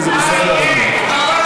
וזה בסדר גמור.